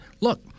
look